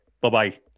Bye-bye